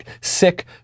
sick